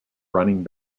running